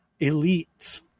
elites